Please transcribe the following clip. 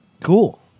Cool